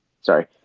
Sorry